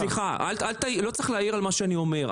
סליחה, לא צריך להעיר על מה שאני אומר.